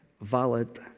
valid